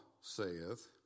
saith